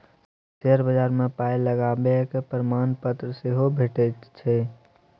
share बजार मे पाय लगेबाक प्रमाणपत्र सेहो भेटैत छै